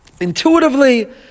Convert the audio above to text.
intuitively